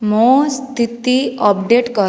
ମୋ ସ୍ଥିତି ଅପଡ଼େଟ୍ କର